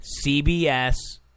CBS